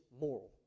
moral